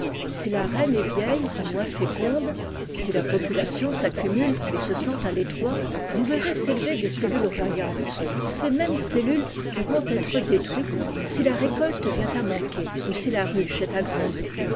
si la reine est vieille ou moins féconde si la population s'accumule et se sent à fétroit vous verrez s'élever des cellules royales ces mêmes cellules pourront être détruites si la récolte vient à manquer ou si la ruche est agrandie